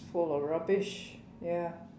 full of rubbish ya